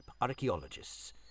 archaeologists